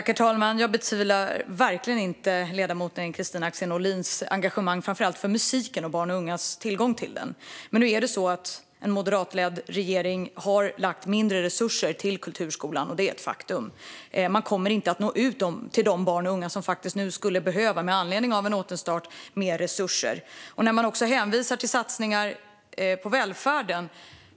Herr talman! Jag betvivlar verkligen inte ledamoten Kristina Axén Olins engagemang för framför allt musiken och barns och ungas tillgång till den. Men den moderatledda regeringen har lagt mindre resurser på kulturskolan - det är ett faktum. Man kommer inte att nå ut till de barn och unga som med anledning av en återstart nu faktiskt skulle behöva mer resurser. Man hänvisar också till satsningar på välfärden.